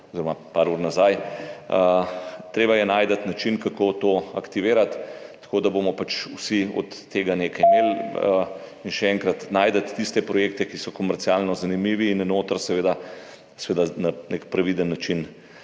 oziroma par ur nazaj povedal, treba je najti način, kako to aktivirati tako, da bomo pač vsi od tega nekaj imeli in, še enkrat, najti tiste projekte, ki so komercialno zanimivi in noter seveda na nek previden način